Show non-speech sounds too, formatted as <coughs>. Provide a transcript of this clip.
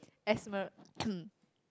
asthma <coughs>